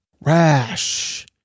Rash